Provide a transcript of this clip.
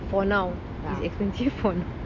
for now it's expensive for now